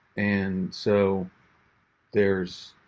and so there's.